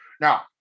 now